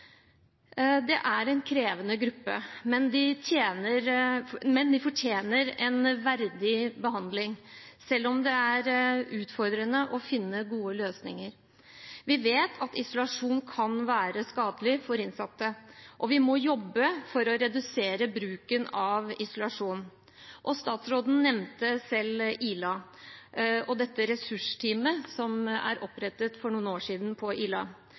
ofte har en vanskelig bakgrunn. Det er en krevende gruppe, men de fortjener en verdig behandling, selv om det er utfordrende å finne gode løsninger. Vi vet at isolasjon kan være skadelig for innsatte, og vi må jobbe for å redusere bruken av isolasjon. Statsråden nevnte selv Ila og dette ressursteamet som ble opprettet der for noen år siden.